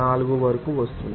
46 వరకు వస్తోంది